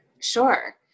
Sure